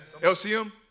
LCM